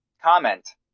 comment